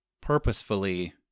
purposefully